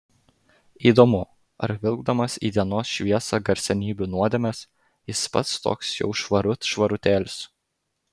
įdomu ar vilkdamas į dienos šviesą garsenybių nuodėmes jis pats toks jau švarut švarutėlis